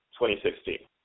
2016